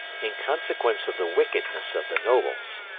in consequence of the wickedness of the nobles,